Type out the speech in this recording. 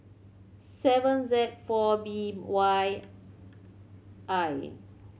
seven Z four B Y I